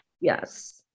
Yes